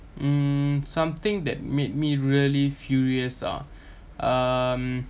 mm something that made me really furious ah um